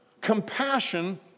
compassion